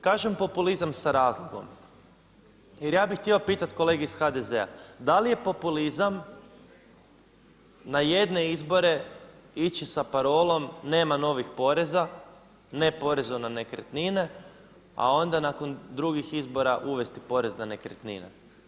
Kažem populizam sa razlogom jer ja bi htio pitati kolege iz HDZ-a, da li je populizam na jedne izbore ići sa parolom nema novih poreza, ne porezu na nekretnine, a onda nakon drugih izbor uvesti porez na nekretnine?